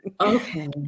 okay